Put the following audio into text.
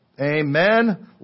Amen